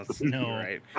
no